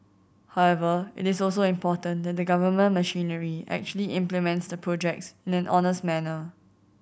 however it is also important that the government machinery actually implements the projects in an honest manner